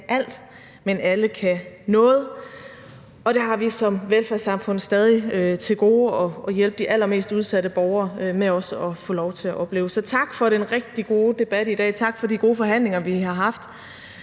alt, men at alle kan noget, og det har vi som velfærdssamfund stadig til gode at hjælpe de allermest udsatte borgere med også at få lov til at opleve. Så tak for den rigtig gode debat i dag, tak for de gode forhandlinger, vi har haft,